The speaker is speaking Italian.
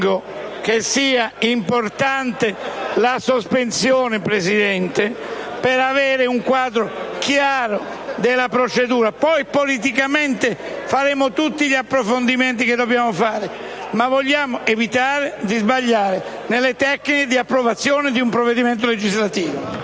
ritengo che sia importante la sospensione, signor Presidente, per avere un quadro chiaro della procedura. Politicamente faremo tutti gli approfondimenti necessari, ma vogliamo evitare di sbagliare nelle tecniche di approvazione di un provvedimento legislativo.